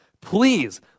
Please